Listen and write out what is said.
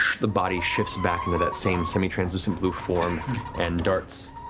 the body shifts back into that same semi-translucent blue form and darts.